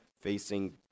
facing